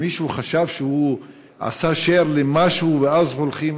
מישהו חשב שהוא עשה share למשהו, ואז הולכים